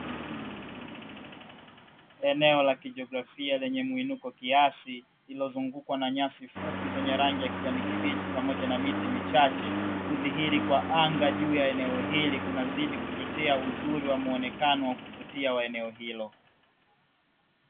Eneo la kijiografia lenye muinuko kiasi, lililozungukwa na nyasi fupi zenye rangi ya kijani kibichi pamoja na miti michache, kudhihiri kwa anga juu ya eneo hilo unazidi kuchochea uzuri wa muonekano wa kuvutia wa eneo hilo.